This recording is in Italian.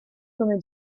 come